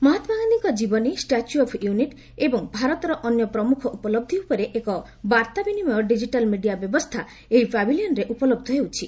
ମହାତ୍ମାଗାନ୍ଧୀଙ୍କ ଜୀବନୀ Statue of Unity ଏବଂ ଭାରତର ଅନ୍ୟ ପ୍ରମୁଖ ଉପଲହି ଉପରେ ଏକ ବାର୍ତ୍ତାବିନିମୟ ଡିଜିଟାଲ ମିଡିଆ ବ୍ୟବସ୍ଥା ଏହି ପାଭିଲିୟନରେ ଉପଲହ୍ଧ ହେଉଛି